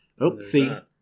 Oopsie